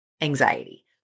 anxiety